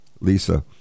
lisa